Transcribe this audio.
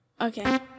Okay